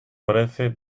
parece